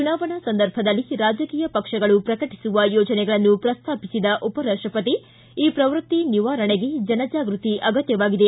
ಚುನಾವಣಾ ಸಂದರ್ಭದಲ್ಲಿ ರಾಜಕೀಯ ಪಕ್ಷಗಳು ಪ್ರಕಟಿಸುವ ಯೋಜನೆಗಳನ್ನು ಪ್ರಸ್ತಾಪಿಸಿದ ಉಪರಾಷ್ಟಪತಿ ಈ ಪ್ರವೃತ್ತಿ ನಿವಾರಣೆಗೆ ಜನಜಾಗೃತಿ ಅಗತ್ತವಾಗಿದೆ